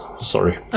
Sorry